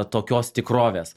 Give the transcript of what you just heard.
tokios tikrovės